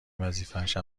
وظیفهش